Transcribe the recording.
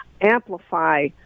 amplify